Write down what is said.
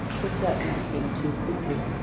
for certain, i came to quickly,